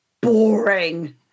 boring